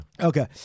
Okay